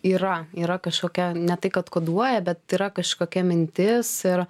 yra yra kažkokia ne tai kad koduoja bet yra kažkokia mintis ir